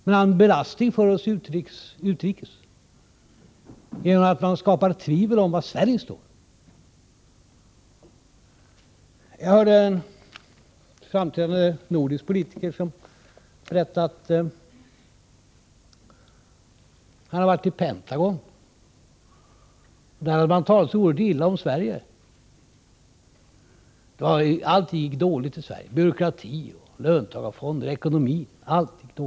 Men han är en belastning för oss utrikes, genom att han skapar tvivel om var Sverige står. Jag hörde en framträdande nordisk politiker berätta att han hade varit i Pentagon, där man hade talat så oerhört illa om Sverige. Allt gick så dåligt i Sverige: byråkrati, löntagarfonder, ekonomi, allt.